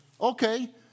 Okay